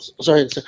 sorry